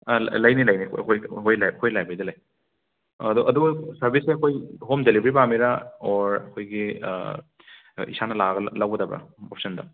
ꯂꯩꯅꯤ ꯂꯩꯅꯤ ꯑꯩꯈꯣꯏ ꯑꯩꯈꯣꯏ ꯑꯩꯈꯣꯏ ꯂꯥꯏꯕ꯭ꯔꯦꯔꯤꯗ ꯂꯩ ꯑꯗꯣ ꯑꯗꯣ ꯁꯔꯕꯤꯁꯁꯦ ꯑꯩꯈꯣꯏ ꯍꯣꯝ ꯗꯦꯂꯤꯕꯤꯔꯤ ꯄꯥꯝꯃꯤꯔꯥ ꯑꯣꯔ ꯑꯩꯈꯣꯏꯒꯤ ꯏꯁꯥꯅ ꯂꯥꯛꯑꯒ ꯂꯧꯒꯗꯗ꯭ꯔꯥ ꯑꯣꯞꯁꯟꯗꯣ